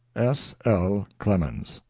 s. l. clemens.